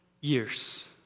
years